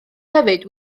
hefyd